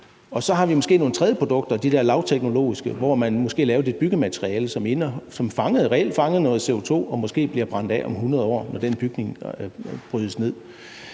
Og så har vi måske en tredje slags produkter, de der lavteknologiske, hvor man måske laver et byggemateriale, som reelt fanger noget CO2 og måske bliver brændt af om 100 år, når den bygning brydes ned.